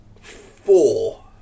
four